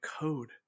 code